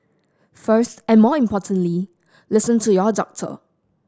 first and more importantly listen to your doctor